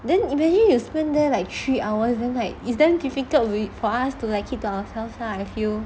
then imagine you spend there like three hours then like it's damn difficult for us to like keep to ourselves lah I feel